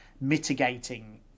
mitigating